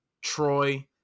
Troy